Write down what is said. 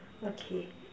okay